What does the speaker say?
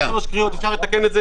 אפשר לתקן.